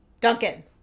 duncan